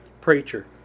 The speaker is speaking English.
Preacher